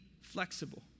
flexible